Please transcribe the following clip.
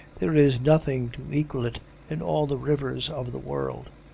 there is nothing to equal it in all the rivers of the world.